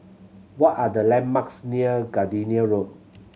what are the landmarks near Gardenia Road